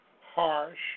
harsh